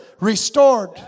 restored